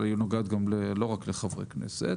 אבל היא נוגעת גם לא רק לחברי כנסת,